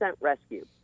rescue